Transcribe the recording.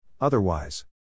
Otherwise